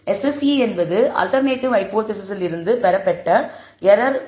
SSE என்பது alternative ஹைபோதேசிஸில் இருந்து பெறப்பட்ட எரர் ஆகும்